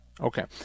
okay